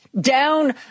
down